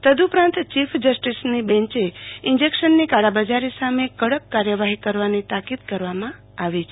તદઉપરાંત ચીફ જસ્ટિસની bench injection ની કાળાબજારો સામે કડક કાર્યવાહી કરવાની તાકીદ કરવામાં આવી છે